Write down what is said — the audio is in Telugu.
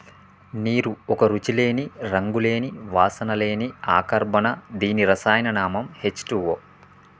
నీరు ఒక రుచి లేని, రంగు లేని, వాసన లేని అకర్బన దీని రసాయన నామం హెచ్ టూవో